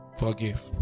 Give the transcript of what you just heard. forgive